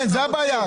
הבעיה.